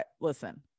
Listen